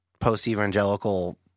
post-evangelical